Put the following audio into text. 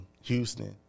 Houston